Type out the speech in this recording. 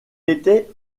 était